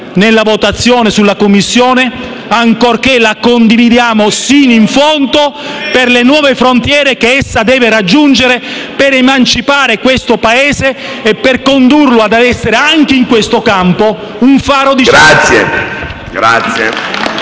nella votazione sulla Commissione, ancorché la condividiamo sino in fondo per le nuove frontiere che essa deve raggiungere per emancipare questo Paese e per portarlo ad essere, anche in questo campo, un faro di